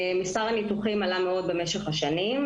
מספר הניתוחים עלה מאוד במשך השנים,